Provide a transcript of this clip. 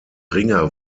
ringer